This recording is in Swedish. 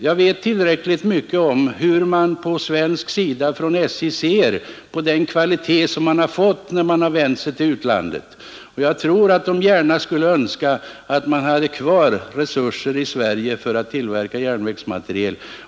Jag vet tillräckligt mycket om hur SJ ser på kvaliteten på de vagnar man tidigare fått när man vänt sig till utlandet för att kunna säga att jag tror att SJ gärna skulle önska att vi hade kvar resurser i Sverige för att tillverka järnvägsmateriel.